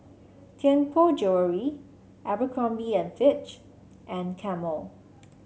Tianpo Jewellery Abercrombie and Fitch and Camel